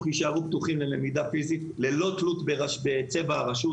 יישארו פתוחים ללמידה פיזית ללא תלות בצבע הרשות.